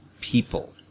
people